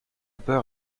peur